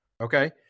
Okay